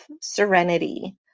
serenity